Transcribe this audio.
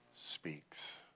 speaks